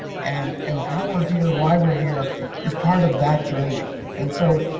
and and how we're here, why we're here is part of that journey. and so,